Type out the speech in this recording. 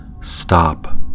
Stop